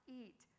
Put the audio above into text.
eat